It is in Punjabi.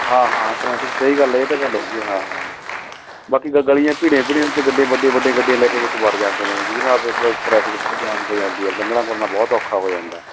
ਹਾਂ ਹਾਂ ਟਰੈਫਿਕ ਸਹੀ ਗੱਲ ਇਹ ਤਾਂ ਗੱਲ ਹੈਗੀ ਹਾਂ ਬਾਕੀ ਤਾਂ ਗਲੀਆਂ ਭੀੜੀਆਂ ਭੀੜੀਆਂ ਅਤੇ ਗੱਡੇ ਵੱਡੇ ਵੱਡੇ ਗੱਡੀਆਂ ਲੈ ਕੇ ਵਿੱਚ ਵੜ ਜਾਂਦੇ ਨੇ ਜਿਹਦੇ ਨਾਲ ਟਰੈਫਿਕ ਬਹੁਤ ਜਾਮ ਹੋ ਜਾਂਦੀ ਆ ਲੰਘਣਾ ਬਹੁਤ ਔਖਾ ਹੋ ਜਾਂਦਾ